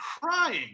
crying